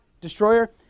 destroyer